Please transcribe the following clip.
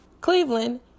cleveland